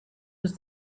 was